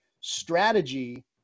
strategy